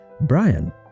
Brian